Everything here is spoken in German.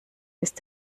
ist